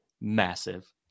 Massive